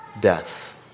death